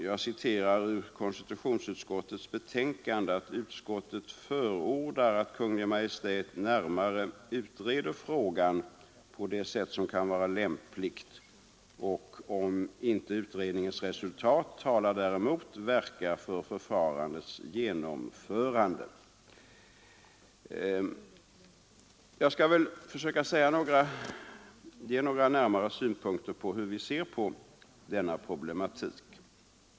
Jag citerar ur konstitutionsutskottets betänkande: ”Utskottet förordar därför att Kungl. Maj:t närmare utreder frågan på det sätt som kan vara lämpligt och — om utredningens resultat inte talar däremot — verkar för förfarandets genomförande.” Jag skall ge några närmare synpunkter på hur vi ser på denna problematik.